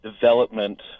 development